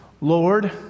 Lord